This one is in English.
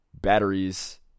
batteries